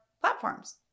platforms